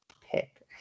pick